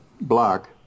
block